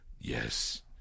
yes